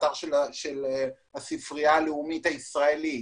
האתר של הספרייה הלאומית הישראלית,